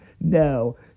No